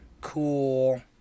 cool